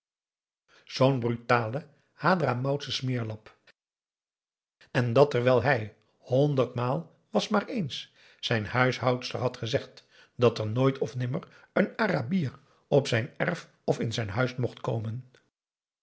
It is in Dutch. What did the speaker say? zoo'n brutale hadramautsche smeerlap en dat terwijl hij honderdmaal was maar eens zijn huishoudster had gezegd dat er nooit of nimmer een arabier op zijn erf of in zijn huis mocht komen